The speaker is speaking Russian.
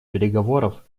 переговоров